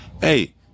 hey